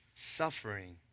Suffering